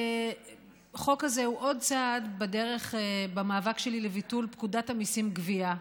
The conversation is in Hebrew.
החוק הזה הוא עוד צעד בדרך במאבק שלי לביטול פקודת המיסים (גבייה),